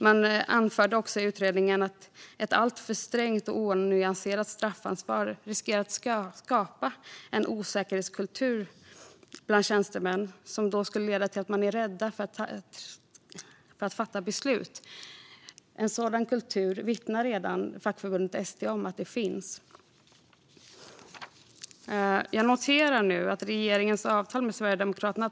Man anförde också i utredningen att ett alltför strängt och onyanserat straffansvar riskerar att skapa en osäkerhetskultur bland tjänstemännen som kan leda till att de blir rädda att fatta beslut. Fackförbundet ST vittnar om att en sådan kultur redan finns.